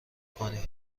کنی